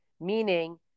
meaning